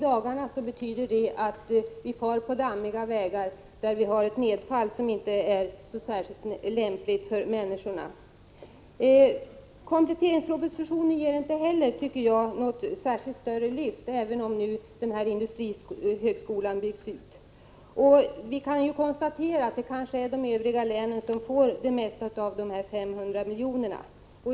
Det betyder att vi i dagarna kör på dammiga vägar, med ett nedfall som inte är särskilt lämpligt för människor. I kompletteringspropositionen ges inte heller något större lyft, även om industrihögskolan byggs ut. Det är nog de övriga länen som får det mesta av de 500 miljonerna.